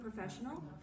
professional